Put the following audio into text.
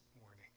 morning